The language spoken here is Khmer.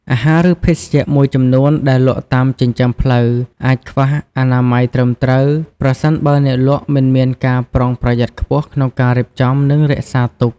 អាហារ ឬភេសជ្ជៈមួយចំនួនដែលលក់តាមចិញ្ចើមផ្លូវ អាចខ្វះអនាម័យត្រឹមត្រូវ ប្រសិនបើអ្នកលក់មិនមានការប្រុងប្រយ័ត្នខ្ពស់ក្នុងការរៀបចំ និងរក្សាទុក។